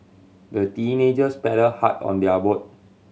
the teenagers paddled hard on their boat